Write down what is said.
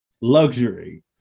luxury